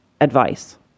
advice